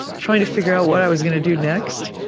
trying to figure out what i was going to do next,